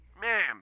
Ma'am